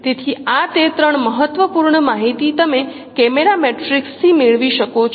તેથી આ તે ત્રણ મહત્વપૂર્ણ માહિતી તમે કેમેરા મેટ્રિક્સથી મેળવી શકો છો